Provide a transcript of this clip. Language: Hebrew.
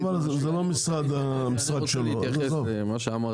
אבל זה לא המשרד שלו, עזוב.